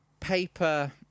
paper